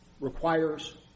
requires